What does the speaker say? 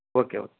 okay okay